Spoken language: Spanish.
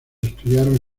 estudiaron